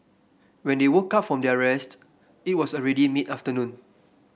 when they woke up from their rest it was already mid afternoon